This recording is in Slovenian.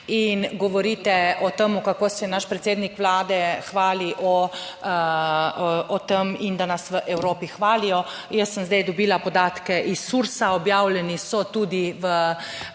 In govorite o tem, kako se naš predsednik Vlade hvali o tem in da nas v Evropi hvalijo. Jaz sem zdaj dobila podatke iz SURS, objavljeni so tudi v